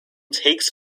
takes